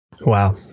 Wow